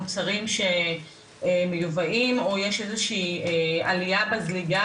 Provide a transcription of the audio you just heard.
מוצרים שמיובאים או שיש איזו שהיא עלייה בזליגה,